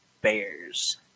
Bears